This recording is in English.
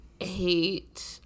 hate